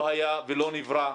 לא היה ולא נברא.